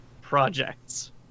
projects